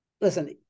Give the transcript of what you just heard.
listen